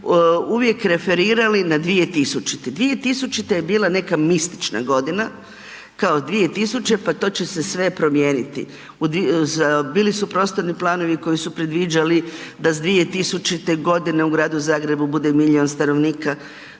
uvijek referirali na 2000., 2000. je bila neka mistična godina kao 2000. pa to će se sve promijeniti. Bili su prostorni planovi koji su predviđali da sa 2000. g. u Zagrebu bude milijun stanovnika,